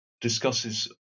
discusses